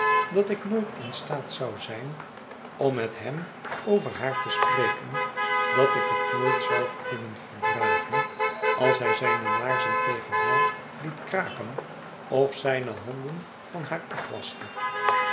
dat ik nooit in staat zou zijn om met hem over haar te spreken dat ik het nooit zou kunnen verdragen als hij zijne laarzen tegen haar liet kraken of zijne hand en van haar